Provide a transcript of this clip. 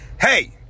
Hey